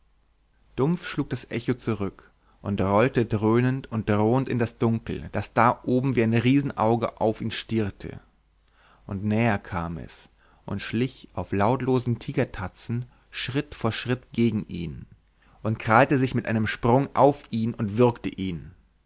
dumpf schlug das echo zurück und rollte dröhnend und drohend in das dunkel das da oben wie ein riesenauge auf ihn stierte und näher kam es und schlich auf lautlosen tigertatzen schritt vor schritt gegen ihn und krallte sich mit einem sprung auf ihn und würgte ihn